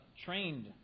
trained